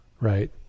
right